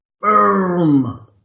Boom